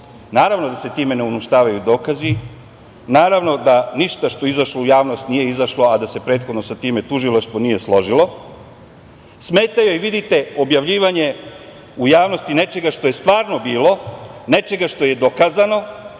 Naravno da se time ne uništavaju dokazi, naravno da ništa što nije izašlo u javnost nije izašlo, a da se prethodno sa time nije tužilaštvo složilo. Vidite, smeta joj objavljivanje u javnosti nečega što je stvarno bilo, nečega što je dokazano,